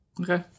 Okay